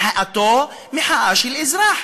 מחאתו מחאה של אזרח,